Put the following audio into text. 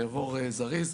אני אעבור זריז.